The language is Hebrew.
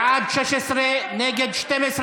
בעד, 16, נגד, 12,